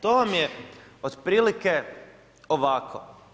To vam je otprilike ovako.